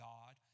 God